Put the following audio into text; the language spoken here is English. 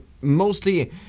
mostly